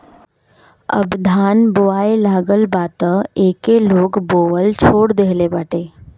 अब धान बोआए लागल बा तअ एके लोग बोअल छोड़ देहले बाटे